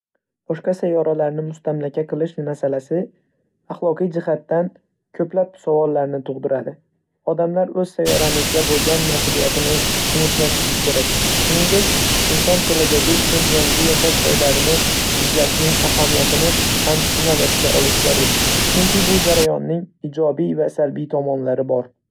Boshqa sayyoralarni mustamlaka qilish masalasi, axloqiy jihatdan, ko‘plab savollarni tug‘diradi. Odamlar o‘z sayyoramizga bo‘lgan mas'uliyatni unutmasligi kerak. Shuningdek, insoniyat kelajagi uchun yangi yashash joylarini izlashning ahamiyatini ham inobatga olish zarur, chunki bu jarayonning ijobiy va salbiy tomonlari bor.